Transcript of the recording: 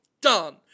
done